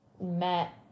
met